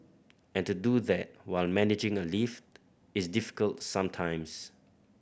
and to do that while managing a lift is difficult sometimes